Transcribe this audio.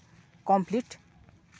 complete